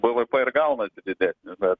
bvp ir gaunasi didesnis bet